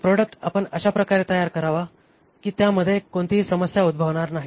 आणि प्रॉडक्ट आपण अशा प्रकारे तयार करावा की त्यामध्ये कोणतीही समस्या उद्भवणार नाही